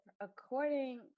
according